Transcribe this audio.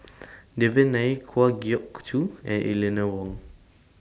Devan Nair Kwa Geok Choo and Eleanor Wong